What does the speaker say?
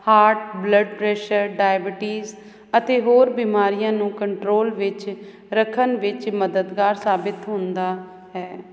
heart blood pressure diabetes ਅਤੇ ਹੋਰ ਬਿਮਾਰੀਆਂ ਨੂੰ ਕੰਟਰੋਲ ਵਿੱਚ ਰੱਖਣ ਵਿੱਚ ਮਦਦਗਾਰ ਸਾਬਿਤ ਹੁੰਦਾ ਹੈ